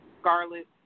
scarlet